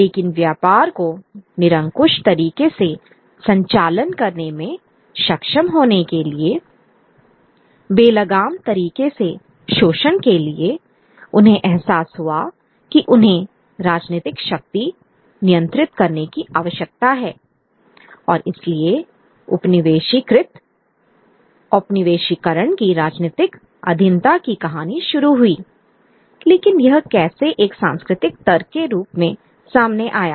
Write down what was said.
लेकिन व्यापार को निरंकुश तरीके से संचालन करने में सक्षम होने के लिए बेलगाम तरीके से शोषण के लिए उन्हें एहसास हुआ कि उन्हें राजनीतिक शक्ति नियंत्रित करने की आवश्यकता है और इसलिए उपनिवेशीकृत औपनिवेशीकरण की राजनीतिक अधीनता की कहानी शुरू हुई Iलेकिन यह कैसे एक सांस्कृतिक तर्क के रूप में सामने आया